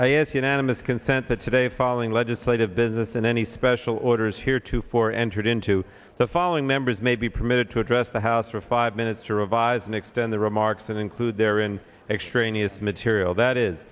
unanimous consent that today following legislative business and any special orders here to four entered into the following members may be permitted to address the house for five minutes to revise and extend the remarks and include therein extraneous material that is